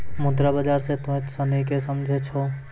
मुद्रा बाजार से तोंय सनि की समझै छौं?